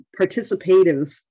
participative